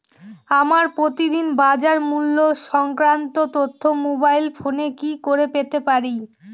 আমরা প্রতিদিন বাজার মূল্য সংক্রান্ত তথ্য মোবাইল ফোনে কি করে পেতে পারি?